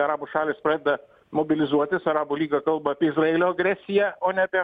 arabų šalys pradeda mobilizuotis arabų lyga kalba apie izraelio agresiją o ne apie